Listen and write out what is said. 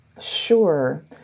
Sure